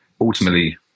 ultimately